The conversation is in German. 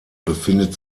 befindet